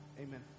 Amen